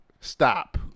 Stop